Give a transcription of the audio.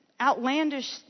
outlandish